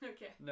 Okay